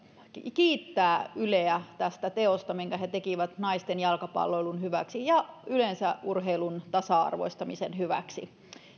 kiittää yleä tästä teosta minkä he tekivät naisten jalkapalloilun hyväksi ja yleensä urheilun tasa arvoistamisen hyväksi